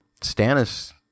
Stannis